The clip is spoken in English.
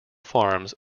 farms